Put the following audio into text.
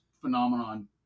phenomenon